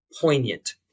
poignant